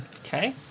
Okay